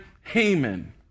Haman